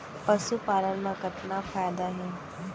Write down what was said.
पशुपालन मा कतना फायदा हे?